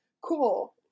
cool